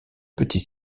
petit